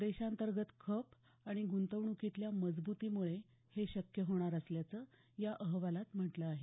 देशांतर्गत खप आणि ग्रंतवण्कीतल्या मजब्रतीम्ळे हे शक्य होणार असल्याचं या अहवालात म्हटलं आहे